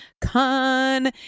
con